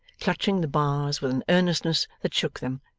clutching the bars with an earnestness that shook them,